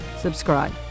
subscribe